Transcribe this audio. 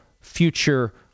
future